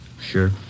Sure